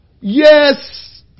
Yes